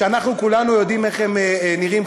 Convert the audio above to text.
שאנחנו כולנו יודעים איך הם נראים,